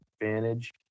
advantage